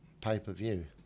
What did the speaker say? pay-per-view